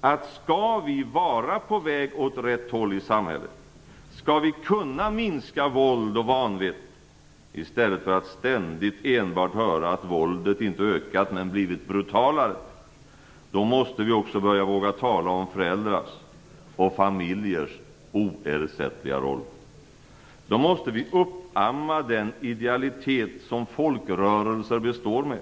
att skall vi vara på väg åt rätt håll i samhället, skall vi kunna minska våld och vanvett i stället för att ständigt enbart höra att våldet inte ökat, men blivit brutalare, måste vi också börja våga tala om föräldrars och familjers oersättliga roll. Då måste vi uppamma den idealitet som folkrörelserna består med.